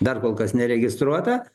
dar kol kas neregistruota